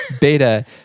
beta